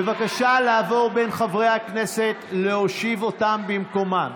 בבקשה לעבור בין חברי הכנסת ולהושיב אותם במקומם.